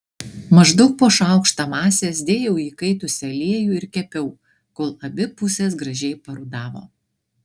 maždaug po šaukštą masės dėjau į įkaitusį aliejų ir kepiau kol abi pusės gražiai parudavo